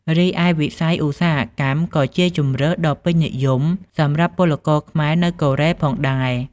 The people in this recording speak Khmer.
រីឯវិស័យឧស្សាហកម្មក៏ជាជម្រើសដ៏ពេញនិយមសម្រាប់ពលករខ្មែរនៅកូរ៉េផងដែរ ។